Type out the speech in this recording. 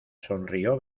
sonrió